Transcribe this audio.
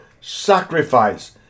Sacrifice